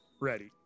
ready